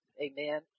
Amen